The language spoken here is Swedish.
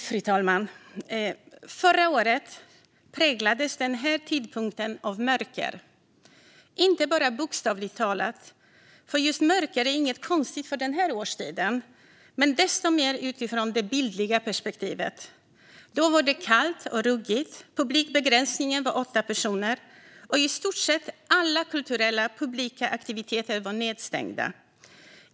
Fru talman! Förra året präglades den här tidpunkten av mörker - inte bara bokstavligt talat, för just mörker är inget konstigt för den här årstiden, men desto mer utifrån det bildliga perspektivet. Då var det kallt och ruggigt. Publikbegränsningen var åtta personer, och i stort sett alla kulturella publika aktiviteter var nedstängda.